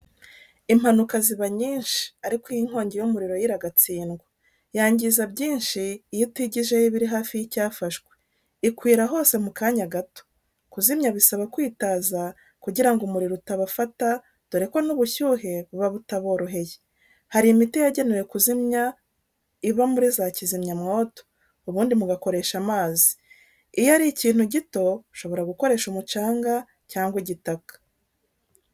Impanuka ziba nyinshi, ariko inkongi y'umuriro yo iragatsindwa. Yangiza byinshi iyo utigijeyo ibiri hafi y'icyafashwe. Ikwira hose mu kanya gato. Kuzimya bisaba kwitaza kugira ngo umuriro utubafata dore ko n'ubushyuhe buba butaboroheye. Hari imiti yagenewe kuzimya iba muri za kizamwoto; ubundi mugakoresha amazi. Iyo ari ikintu gito ushobora gukoresha umucanga cyangwa igitaka.